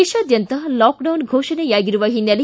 ದೇಶಾಂದ್ಯತ lockdown ಫೋಷಣೆಯಾಗಿರುವ ಹಿನ್ನೆಲೆ